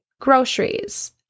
groceries